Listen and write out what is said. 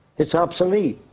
it's obsolete.